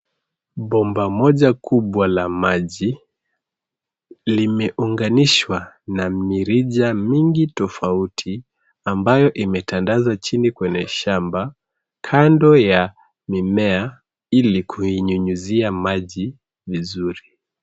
Bomba moja kubwa la maji limeunganishwa na mirija mingi tofauti ambayo imetandazwa chini kwenye shamba, kando ya mimea ili kuinyunyuzia maji vizuri.